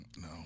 No